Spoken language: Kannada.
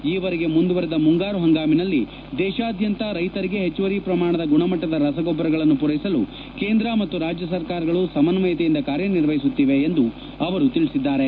ಈವರೆಗೆ ಮುಂದುವರೆದ ಮುಂಗಾರು ಹಂಗಾಮಿನಲ್ಲಿ ದೇಶಾದ್ಯಂತ ರೈತರಿಗೆ ಹೆಚ್ಚುವರಿ ಪ್ರಮಾಣದ ಗುಣಮಟ್ಟದ ರಸಗೊಬ್ಬರಗಳನ್ನು ಪೂರೈಸಲು ಕೇಂದ್ರ ಮತ್ತು ರಾಜ್ಯ ಸರ್ಕಾರಗಳು ಸಮನ್ವಯತೆಯುಂದ ಕಾರ್ಯನಿರ್ವಹಿಸುತ್ತಿವೆ ಎಂದು ಹೇಳಿದ್ದಾರೆ